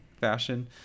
fashion